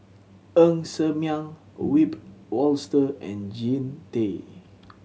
Ng Ser Miang Wiebe Wolter and Jean Tay